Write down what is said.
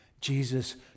Jesus